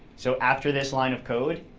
so after this line of code,